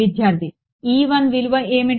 విద్యార్థి విలువ ఏమిటి